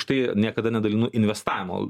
užtai niekada nedalinu investavimo